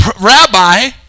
rabbi